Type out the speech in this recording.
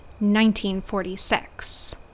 1946